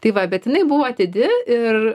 tai va bet jinai buvo atidi ir